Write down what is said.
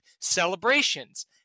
celebrations